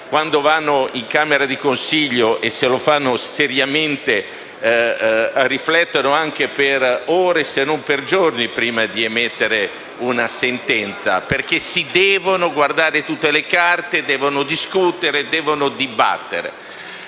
quando vanno in camera di consiglio, se lo fanno seriamente, riflettono anche per ore se non per giorni prima di emettere una sentenza perché si devono guardare tutte le carte, devono discutere